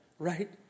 Right